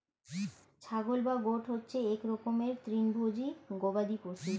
ছাগল বা গোট হচ্ছে এক রকমের তৃণভোজী গবাদি পশু